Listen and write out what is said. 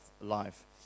life